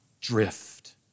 drift